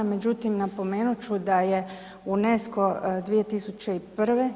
Međutim, napomenut ću da je UNESCO 2001.